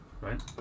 right